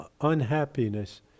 unhappiness